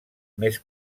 més